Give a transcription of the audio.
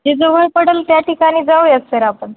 जे जवळ पडल त्या ठिकाणी जाऊया सर आपण